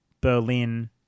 Berlin